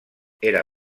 era